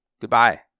goodbye